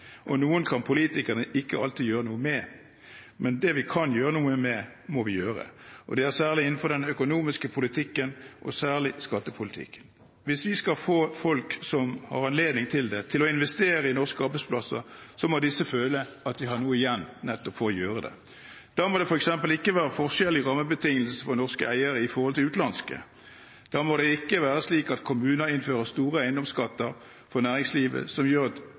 og noen kan politikerne ikke alltid gjøre noe med. Det vi kan gjøre noe med, må vi gjøre. Det er særlig innenfor den økonomiske politikken, da særlig skattepolitikken. Hvis vi skal få folk som har anledning til det, til å investere i norske arbeidsplasser, må disse føle at de har noe igjen nettopp for å gjøre det. Da må det f.eks. ikke være forskjell i rammebetingelsene for norske eiere i forhold til utenlandske. Da må det ikke være slik at kommuner innfører store eiendomsskatter for næringslivet, som gjør